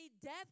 death